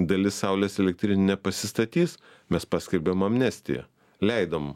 dalis saulės elektrin nepasistatys mes paskelbėm amnestiją leidom